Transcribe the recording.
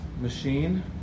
machine